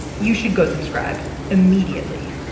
you should go subscribe immediately.